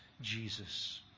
Jesus